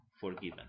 forgiven